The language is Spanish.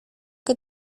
que